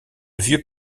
vieux